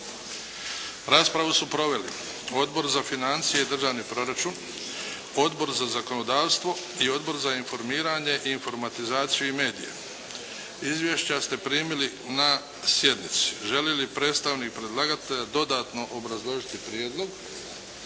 Raspravu su proveli Odbor za financije i državni proračun, Odbor za zakonodavstvo i Odbor za informiranje, informatizaciju i medije. Izvješća ste primili na sjednici. Želi li predstavnik predlagatelja dodatno obrazložiti prijedlog?